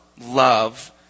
love